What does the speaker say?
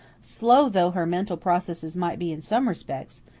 slow though her mental processes might be in some respects,